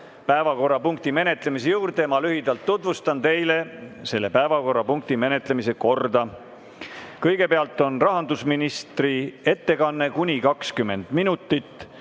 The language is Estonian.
päevakorrapunkti menetlemise juurde, ma lühidalt tutvustan teile selle päevakorrapunkti menetlemise korda. Kõigepealt on rahandusministri ettekanne kuni 20 minutit.